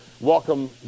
welcome